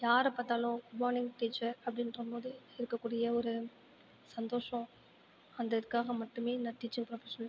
யாரை பார்த்தாலும் குட் மானிங் டீச்சர் அப்படின்றம் போது இருக்கக்கூடிய ஒரு சந்தோஷம் அந்த இதுக்காக மட்டுமே நான் டீச்சர் ப்ரொஃபஷனல்